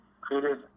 created